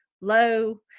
low